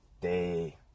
day